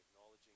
Acknowledging